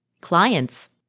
clients